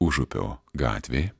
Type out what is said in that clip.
užupio gatvė